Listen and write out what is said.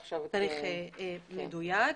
מדויק.